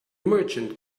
merchant